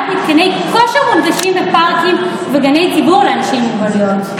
ייבנו מתקני כושר מונגשים בפארקים ובגני ציבור לאנשים עם מוגבלויות.